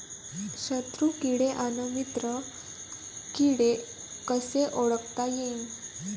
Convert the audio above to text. शत्रु किडे अन मित्र किडे कसे ओळखता येईन?